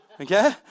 Okay